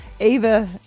Eva